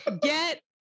get